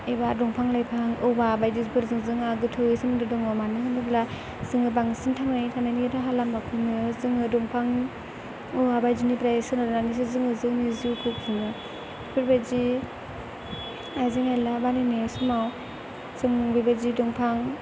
एबा दंफां लाइफां औवा बायदिफोरजों जोंहा गोथौवै सोमोन्दो दङ मानो होनोब्ला जोङो बांसिन थांनानै थानायनि राहालामाखौनो जोङो दंफां औवा बायदिनिफ्राय सोनारनानैसो जोङो जोंनि जिउखौ खुङो बेफोरबायदि आइजें आइला बानायनाय समाव जों बेबायदि दंफां